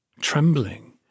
trembling